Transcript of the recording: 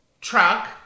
truck